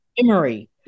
memory